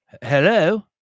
Hello